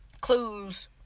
clues